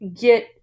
get